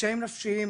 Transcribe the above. קשיים נפשיים,